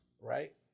right